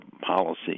policy